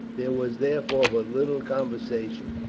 there was therefore but little conversation,